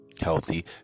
healthy